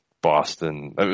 Boston